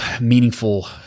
meaningful